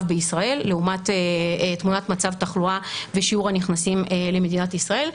בישראל לעומת תמונת מצב תחלואה ושיעור הנכנסים למדינת ישראל,